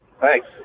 Thanks